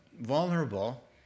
vulnerable